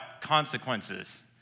consequences